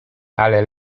ale